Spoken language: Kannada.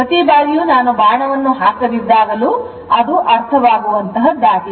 ಪ್ರತಿ ಬಾರಿಯೂ ನಾನು ಬಾಣವನ್ನು ಹಾಕದಿದ್ದಾಗಲೂ ಅದು ಅರ್ಥವಾಗುವಂತಹದ್ದಾಗಿದೆ